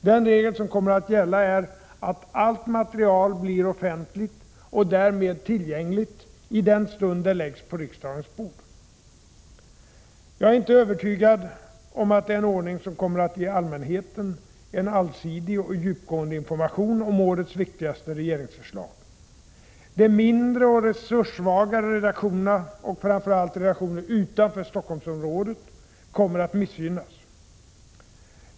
Den regel som kommer att gälla är att allt material blir offentligt, och därmed tillgängligt, i den stund det läggs på riksdagens bord. Jag är inte övertygad om att det är en ordning som kommer att ge allmänheten en allsidig och djupgående information om årets viktigaste regeringsförslag. De mindre och resurssvagare redaktionerna, och framför allt redaktioner utanför Stockholmsområdet, kommer att missgynnas.